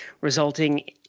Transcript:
resulting